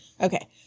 okay